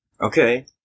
Okay